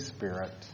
Spirit